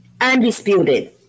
undisputed